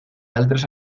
altres